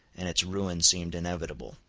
and its ruin seemed inevitable.